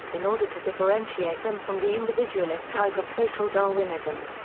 in order to differentiate them from the individualist type of social darwinism.